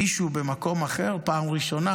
מישהו במקום אחר היסטריה בפעם הראשונה,